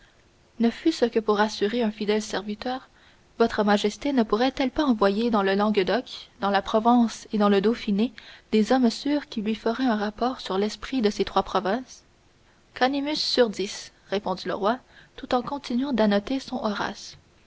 ne fût-ce que pour rassurer un fidèle serviteur votre majesté ne pourrait-elle pas envoyer dans le languedoc dans la provence et dans le dauphiné des hommes sûrs qui lui feraient un rapport sur l'esprit de ces trois provinces conimus surdis répondit le roi tout en continuant d'annoter son horace